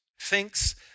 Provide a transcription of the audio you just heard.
thinks